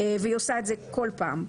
והיא עושה את זה כל פעם.